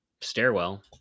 stairwell